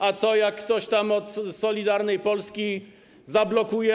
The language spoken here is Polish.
A co jak ktoś tam od Solidarnej Polski zablokuje?